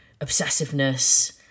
obsessiveness